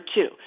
two